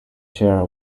chair